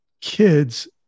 kids